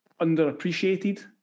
underappreciated